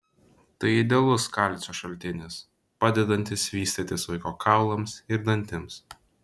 tai idealus kalcio šaltinis padedantis vystytis vaiko kaulams ir dantims